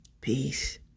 Peace